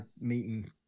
meeting